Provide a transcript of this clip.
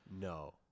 No